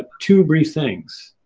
two brief things